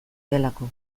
delako